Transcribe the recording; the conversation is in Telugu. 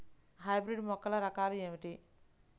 హైబ్రిడ్ మొక్కల రకాలు ఏమిటి?